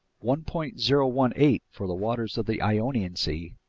one point zero one eight for the waters of the ionian sea,